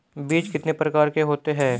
बीज कितने प्रकार के होते हैं?